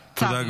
תודה.